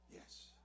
Yes